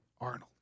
Arnold